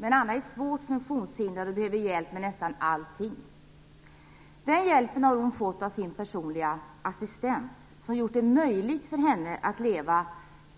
Men Anna är svårt funktionshindrad och behöver hjälp med nästan allting. Den hjälpen har hon fått av sin personliga assistent, som har gett henne en chans att leva